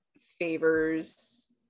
favors